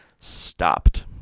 stopped